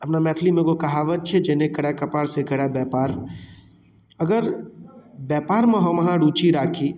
अपना मैथिली मे एगो कहावत छै जे नहि करै कपार से करै व्यापार अगर ब्यापारमे हम अहाँ रुचि राखी